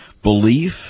Belief